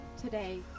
today